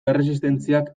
erresistentziak